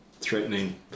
threatening